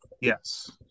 Yes